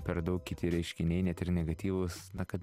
per daug kiti reiškiniai net ir negatyvūs na kad